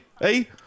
hey